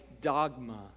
dogma